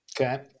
Okay